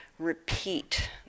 repeat